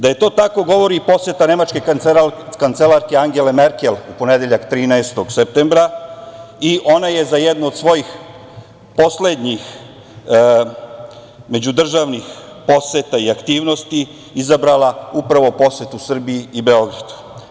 Da je to tako, govori i poseta nemačke kancelarke Angele Merkel u ponedeljak 13. septembra, i ona je za jednu od svojih poslednjih međudržavnih poseta i aktivnosti izabrala upravo posetu Srbiji i Beogradu.